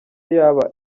yaba